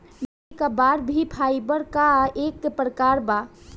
भेड़ी क बार भी फाइबर क एक प्रकार बा